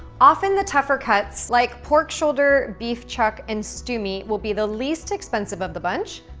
often, the tougher cuts, like pork shoulder, beef chuck, and stew meat, will be the least expensive of the bunch,